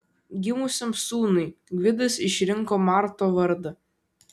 gimusiam sūnui gvidas išrinko marto vardą